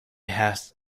has